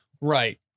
right